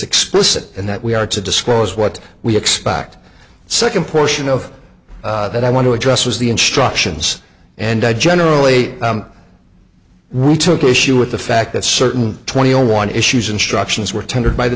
explicit and that we are to disclose what we expect second portion of that i want to address was the instructions and i generally we took issue with the fact that certain twenty one issues instructions were tendered by the